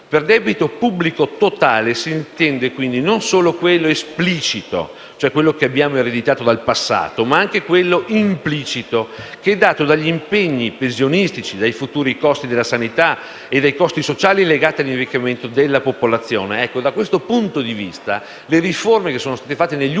Per debito pubblico totale si intende non solo quello esplicito, cioè quello che abbiamo ereditato dal passato, ma anche quello implicito, che è dato dagli impegni pensionistici, dai futuri costi della sanità e dai costi sociali legati all'invecchiamento della popolazione. Da questo punto di vista, le riforme fatte negli ultimi anni